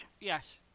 Yes